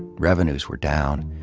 revenues were down.